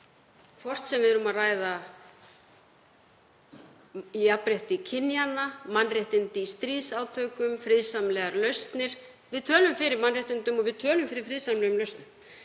hvort sem við erum að ræða jafnrétti kynjanna, mannréttindi í stríðsátökum eða friðsamlegar lausnir. Við tölum fyrir mannréttindum og við tölum fyrir friðsamlegum lausnum.